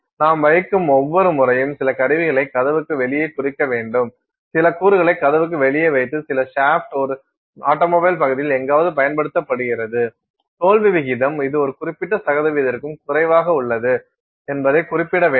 நாம் வைக்கும் ஒவ்வொரு முறையும் சில கருவிகளை கதவுக்கு வெளியே குறிக்க வேண்டும் சில கூறுகளை கதவுக்கு வெளியே வைத்து சில சாஃப்ட் ஒரு ஆட்டோமொபைல் பகுதியில் எங்காவது பயன்படுத்தப்படுகிறது தோல்வி விகிதம் இது ஒரு குறிப்பிட்ட சதவீதத்திற்கும் குறைவாக உள்ளது என்பதை குறிப்பிட வேண்டும்